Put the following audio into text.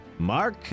Mark